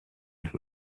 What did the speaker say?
who